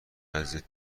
عزیزت